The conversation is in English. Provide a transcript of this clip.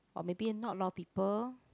or maybe not a lot of people